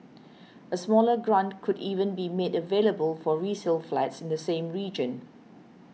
a smaller grant could even be made available for resale flats in the same region